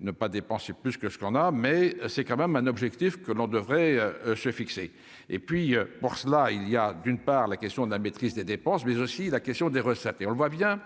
ne pas dépenser plus que ce qu'on a, mais c'est quand même un objectif que l'on devrait se fixer et puis, pour cela, il y a d'une part la question de la maîtrise des dépenses, mais aussi la question des recettes et on le voit bien,